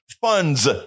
funds